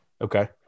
Okay